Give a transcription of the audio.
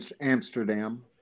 Amsterdam